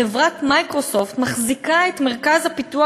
חברת "מיקרוסופט" מחזיקה את מרכז הפיתוח